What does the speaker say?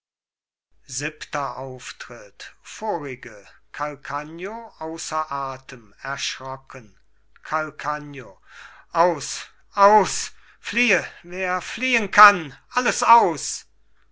siebenter auftritt vorige calcagno außer atem erschrocken calcagno aus aus fliehe wer fliehen kann alles aus